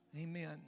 amen